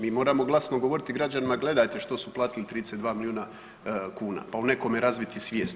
Mi moramo glasno govoriti građanima gledajte što su platili 32 milijuna kuna, pa o nekome razviti svijest.